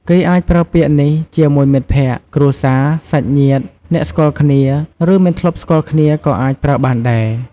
គេអាចប្រើពាក្យនេះជាមួយមិត្តភក្តិ គ្រួសារ សាច់ញាតិ អ្នកស្គាល់គ្នា ឬ មិនធ្លាប់ស្គាល់គ្នាក៏អាចប្រើបានដែរ។